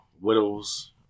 widows